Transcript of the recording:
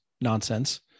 nonsense